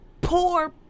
poor